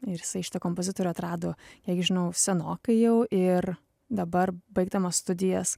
ir jisai šitą kompozitorių atrado kiek žinau senokai jau ir dabar baigdamas studijas